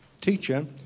Teacher